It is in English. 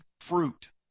fruit